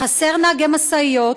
חסרים נהגי משאיות,